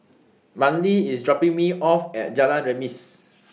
Manley IS dropping Me off At Jalan Remis